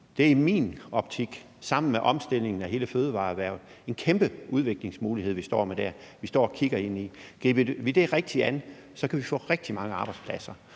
Det er i min optik – sammen med omstilling af hele fødevareerhvervet – en kæmpe udviklingsmulighed, vi står med dér og kigger ind i. Griber vi det rigtigt an, kan vi få rigtig mange arbejdspladser.